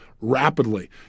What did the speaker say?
rapidly